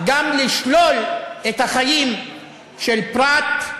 גם לשלול את החיים של פרט,